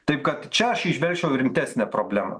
taip kad čia aš įžvelgčiau rimtesnę problemą